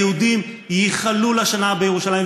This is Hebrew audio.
היהודים ייחלו ”לשנה הבאה בירושלים".